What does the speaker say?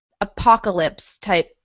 apocalypse-type